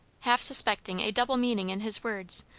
half suspecting a double meaning in his words,